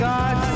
God